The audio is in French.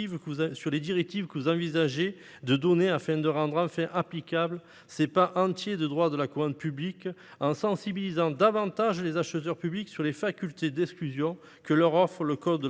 interrogé sur les instructions que vous envisagiez de donner afin de rendre enfin applicables ces pans entiers du droit de la commande publique, en sensibilisant davantage les acheteurs publics sur les facultés d'exclusion que leur offre le code de la commande